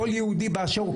כל יהודי באשר הוא,